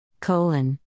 colon